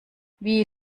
wie